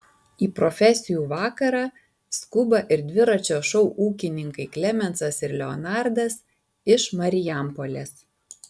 į profesijų vakarą skuba ir dviračio šou ūkininkai klemensas ir leonardas iš marijampolės